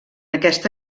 aquest